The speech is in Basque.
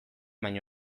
baina